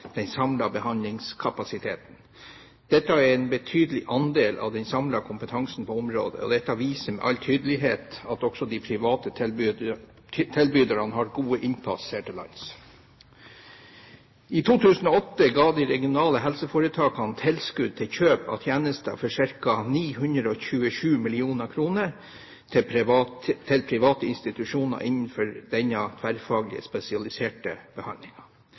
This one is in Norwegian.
den samlede behandlingskapasiteten. Dette er en betydelig andel av den samlede kompetansen på området, og det viser med all tydelighet at også de private tilbyderne har fått god innpass her til lands. I 2008 ga de regionale helseforetakene tilskudd til kjøp av tjenester for ca. 927 mill. kr til private institusjoner innenfor den tverrfaglige spesialiserte